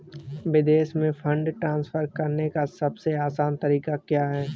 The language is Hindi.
विदेश में फंड ट्रांसफर करने का सबसे आसान तरीका क्या है?